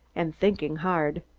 and thinking hard.